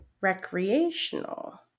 recreational